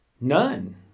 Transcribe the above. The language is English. None